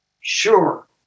Sure